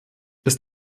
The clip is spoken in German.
ist